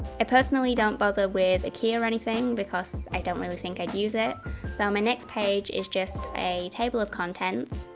i personally don't bother with a key or anything because i don't really think i'd use it so, my next page is just a table of contents.